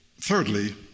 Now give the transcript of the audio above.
thirdly